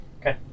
Okay